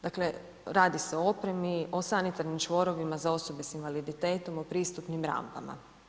Dakle radi se o opremi, o sanitarnim čvorovima za osobe s invaliditetom, o pristupnim rampama.